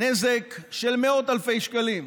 נזק של מאות אלפי שקלים,